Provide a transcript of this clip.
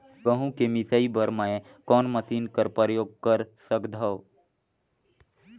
गहूं के मिसाई बर मै कोन मशीन कर प्रयोग कर सकधव?